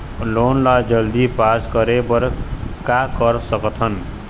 Loan ला जल्दी pass करे बर का कर सकथन?